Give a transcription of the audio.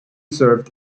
served